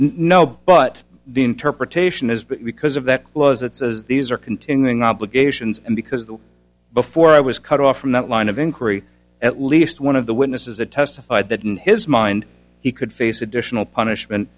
know but the interpretation is because of that clause that says these are continuing obligations and because the before i was cut off from that line of inquiry at least one of the witnesses that testified that in his mind he could face additional punishment